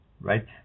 right